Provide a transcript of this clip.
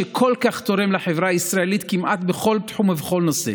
שכל כך תורם לחברה הישראלית כמעט בכל תחום ובכל נושא,